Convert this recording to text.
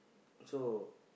so